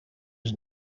was